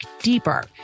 deeper